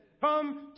come